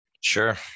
Sure